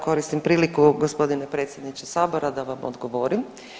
Koristim priliku gospodine predsjedniče sabora da vam odgovorim.